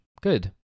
Good